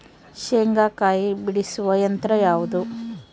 ಶೇಂಗಾಕಾಯಿ ಬಿಡಿಸುವ ಯಂತ್ರ ಯಾವುದು?